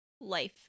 life